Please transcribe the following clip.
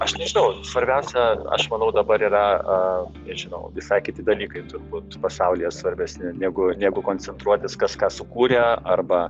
aš nežinau svarbiausia aš manau dabar yra a nežinau visai kiti dalykai turbūt pasaulyje svarbesni negu negu koncentruotis kas ką sukūrė arba